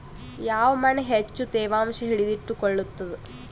ಯಾವ್ ಮಣ್ ಹೆಚ್ಚು ತೇವಾಂಶ ಹಿಡಿದಿಟ್ಟುಕೊಳ್ಳುತ್ತದ?